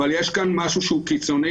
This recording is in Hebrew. אבל יש כאן משהו שהוא קיצוני,